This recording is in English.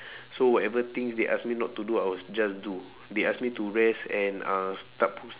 so whatever things they ask me not to do I will just do they ask me to rest and uh start